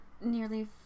nearly